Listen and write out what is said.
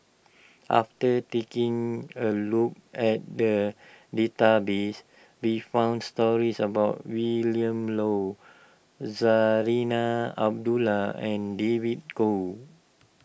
after taking a look at the database we found stories about Willin Low Zarinah Abdullah and David Kwo